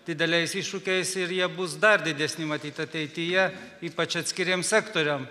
dideliais iššūkiais ir jie bus dar didesni matyt ateityje ypač atskiriem sektoriam